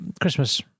Christmas